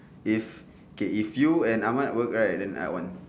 if okay if you and ahmad work right then I want